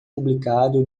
publicado